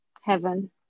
Heaven